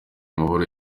mahoro